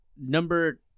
number